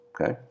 okay